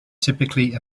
typically